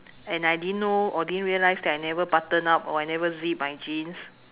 and I didn't know or didn't realize that I never button up or I never zip my jeans